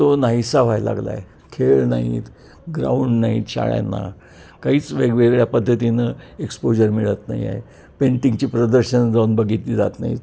तो नाहीसा व्हायला लागला आहे खेळ नाहीत ग्राउंड नाहीत शाळांना काहीच वेगवेगळ्या पद्धतीनं एक्सपोजर मिळत नाही आहे पेंटिंगची प्रदर्शनं जाऊन बघितली जात नाही आहेत